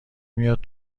میاد